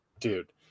dude